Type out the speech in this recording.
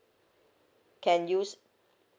can use